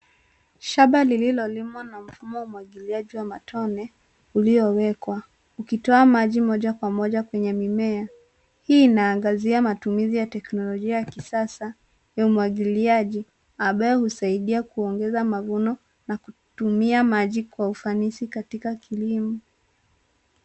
Shamba lililolimwa na mfumo wa umwagiliaji wa matone uliowekwa, ukitoa maji moja kwa moja kwenye mimea , hii inaangazia matumizi ya teknolojia ya kisasa ya umwagiliaji ambaye husaidia kuongeza mafuno na kutumia maji kwa ufanisi katika kilimo.